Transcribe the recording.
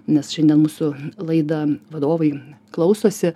nes šiandien mūsų laidą vadovai klausosi